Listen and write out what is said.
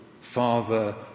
father